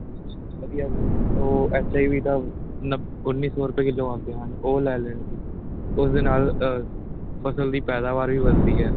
ਅੱਛਾ ਵਧੀਆ ਬੀਜ ਉਹ ਐਚ ਆਈ ਵੀ ਤਾਂ ਨੱ ਉੱਨੀ ਸੌ ਰੁਪਏ ਕਿਲੋ ਆਉਂਦੇ ਹਨ ਉਹ ਲੈ ਲੈਣੇ ਸੀ ਉਸਦੇ ਨਾਲ ਫਸਲ ਦੀ ਪੈਦਾਵਾਰ ਵੀ ਵਧਦੀ ਹੈ